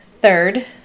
third